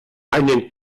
einen